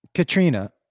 Katrina